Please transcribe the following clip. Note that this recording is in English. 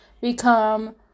become